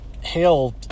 hail